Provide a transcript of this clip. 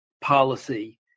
policy